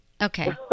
okay